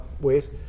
ways